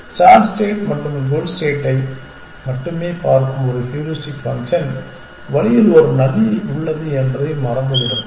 start state மற்றும் goal ஸ்டேட்டை மட்டுமே பார்க்கும் ஒரு ஹூரிஸ்டிக் ஃபங்க்ஷன் வழியில் ஒரு நதி உள்ளது என்பதை மறந்துவிடும்